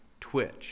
twitch